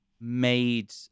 made